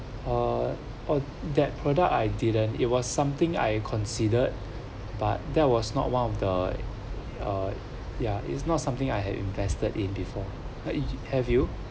uh uh that product I didn't it was something I considered but that was not one of the uh ya it's not something I had invested in before uh have you